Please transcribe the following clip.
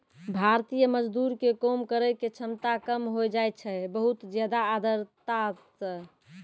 भारतीय मजदूर के काम करै के क्षमता कम होय जाय छै बहुत ज्यादा आर्द्रता सॅ